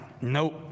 nope